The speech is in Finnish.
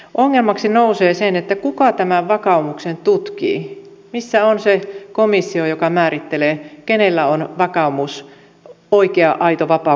ongelmaksi nousee se kuka tämän vakaumuksen tutkii missä on se komissio joka määrittelee kenellä on vakaumus oikea aito vakaumus takana